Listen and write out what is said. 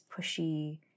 pushy